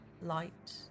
Light